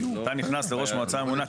אתה נכנס לראש מועצה ממונה,